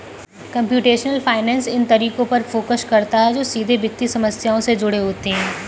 computational finance इन तरीकों पर फोकस करता है जो सीधे वित्तीय समस्याओं से जुड़े होते हैं